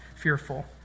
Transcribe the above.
fearful